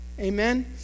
amen